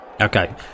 Okay